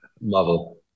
Marvel